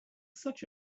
such